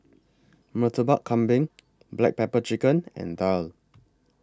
Murtabak Kambing Black Pepper Chicken and Daal